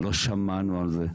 לא שמענו על זה.